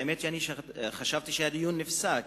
האמת היא שחשבתי שהדיון נפסק,